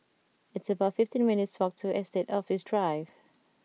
it's about fifteen minutes' walk to Estate Office Drive